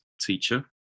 teacher